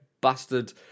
bastard